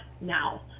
now